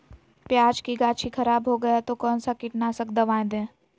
प्याज की गाछी खराब हो गया तो कौन सा कीटनाशक दवाएं दे?